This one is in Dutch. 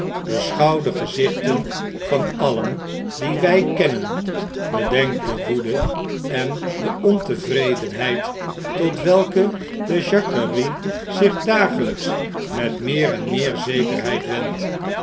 gezichten van alien die wij kennen bedenk de woede en de ontevredenheid tot welke de jacquerie zich dagelijks met meer en meer zekerheid wendt